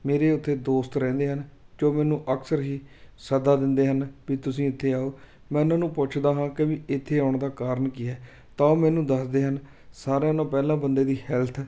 ਮੇਰੇ ਉੱਥੇ ਦੋਸਤ ਰਹਿੰਦੇ ਹਨ ਜੋ ਮੈਨੂੰ ਅਕਸਰ ਹੀ ਸੱਦਾ ਦਿੰਦੇ ਹਨ ਵੀ ਤੁਸੀਂ ਇੱਥੇ ਆਉ ਮੈਂ ਉਹਨਾਂ ਨੂੰ ਪੁੱਛਦਾ ਹਾਂ ਕਿ ਵੀ ਇੱਥੇ ਆਉਣ ਦਾ ਕਾਰਨ ਕੀ ਹੈ ਤਾਂ ਉਹ ਮੈਨੂੰ ਦੱਸਦੇ ਹਨ ਸਾਰਿਆਂ ਨੂੰ ਪਹਿਲਾਂ ਬੰਦੇ ਦੀ ਹੈਲਥ